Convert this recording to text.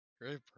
Great